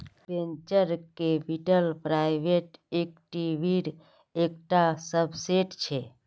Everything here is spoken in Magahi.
वेंचर कैपिटल प्राइवेट इक्विटीर एक टा सबसेट छे